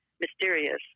mysterious